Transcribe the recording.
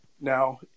Now